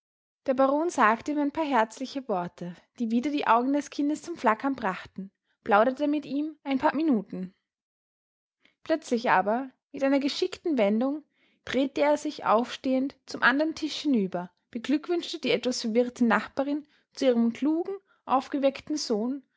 der baron sagte ihm ein paar herzliche worte die wieder die augen des kindes zum flackern brachten plauderte mit ihm ein paar minuten plötzlich aber mit einer geschickten wendung drehte er sich aufstehend zum andern tisch hinüber beglückwünschte die etwas verwirrte nachbarin zu ihrem klugen aufgeweckten sohn